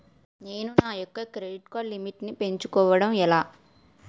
నేను నా యెక్క క్రెడిట్ కార్డ్ లిమిట్ నీ పెంచుకోవడం ఎలా?